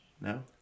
No